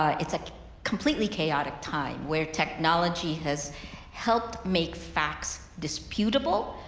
ah it's a completely chaotic time where technology has helped make facts disputable,